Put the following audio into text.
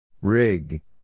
Rig